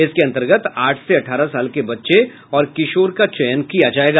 इसके अंतर्गत आठ से अठारह साल के बच्चे और किशोर का चयन किया जायेगा